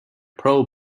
pro